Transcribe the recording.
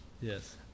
Yes